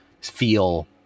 feel